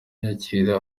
yakira